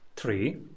Three